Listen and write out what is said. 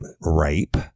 rape